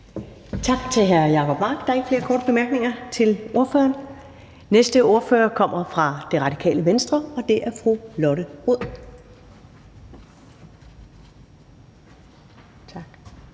Tak til hr. Jacob Mark. Der er ikke flere korte bemærkninger til ordføreren. Den næste ordfører kommer fra Det Radikale Venstre, og det er fru Lotte Rod. Kl.